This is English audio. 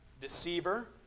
deceiver